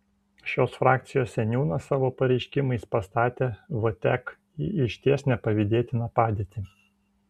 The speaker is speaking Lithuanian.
šios frakcijos seniūnas savo pareiškimais pastatė vtek į išties nepavydėtiną padėtį